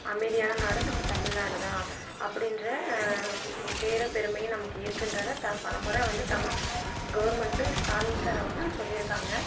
அமைதியான நாடு நம்ம தமிழ்நாடு தான் அப்படின்ற பெயரும் பெருமையும் நமக்கு இருக்குன்றதை த பலமுறை வந்து தமிழ் கவர்மென்ட்டு ஸ்டாலின் சார் அவங்க சொல்லிருக்காங்கள்